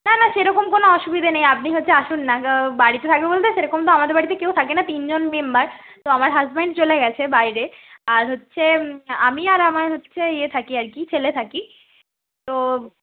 না না সেরকম কোনো অসুবিধে নেই আপনি হচ্ছে আসুন না বাড়িতে থাকবে বলতে সেরকম তো আমাদের বাড়িতে কেউ থাকে না তিনজন মেম্বার তো আমার হাজব্যান্ড চলে গেছে বাইরে আর হচ্ছে আমি আর আমার হচ্ছে ইয়ে থাকি আর কি ছেলে থাকি তো